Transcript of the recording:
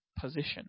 position